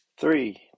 Three